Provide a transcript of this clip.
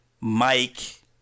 Mike